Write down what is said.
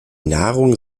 nahrung